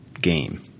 game